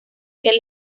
que